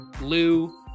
Lou